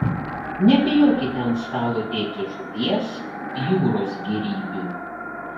nebijokite ant stalo dėti žuvies jūros gėrybių